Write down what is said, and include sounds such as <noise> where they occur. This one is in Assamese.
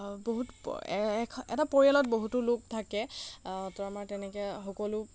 বহুত <unintelligible> এটা পৰিয়ালত বহুতো লোক থাকে তো আমাৰ তেনেকৈ সকলো